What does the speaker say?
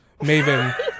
Maven